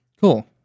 cool